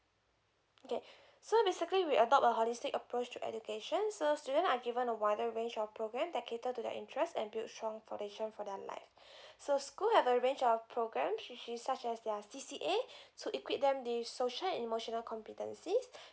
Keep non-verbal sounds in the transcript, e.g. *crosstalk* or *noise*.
okay *breath* so basically we adopt a holistic approach to education so student are given a wider range of programme that cater to their interest and build strong foundation for their life *breath* so school have a range of programmes which is such as there're C_C_A *breath* to equip them the social and emotional competencies *breath*